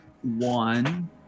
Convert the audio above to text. One